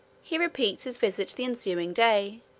he repeats his visit the ensuing day,